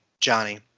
Johnny